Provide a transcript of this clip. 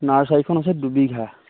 নাৰ্ছাৰীখন আছে দুবিঘা